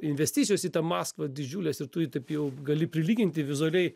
investicijos į tą maskvą didžiulės ir tu ją taip jau gali prilyginti vizualiai